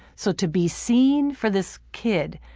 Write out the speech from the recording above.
so to be seen for this kid,